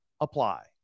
apply